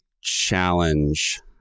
challenge